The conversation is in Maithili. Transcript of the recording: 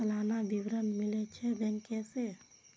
सलाना विवरण मिलै छै बैंक से?